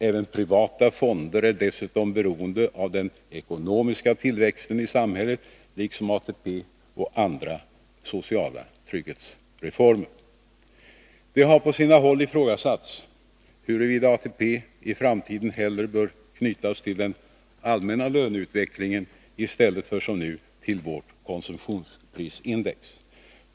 Även privata fonder är dessutom beroende av den ekonomiska tillväxten i samhället liksom ATP och andra sociala trygghetsformer. Det har på sina håll ifrågasatts huruvida ATP i framtiden hellre bör knytas till den allmänna löneutvecklingen i stället för som nu till vårt konsumtionsprisindex.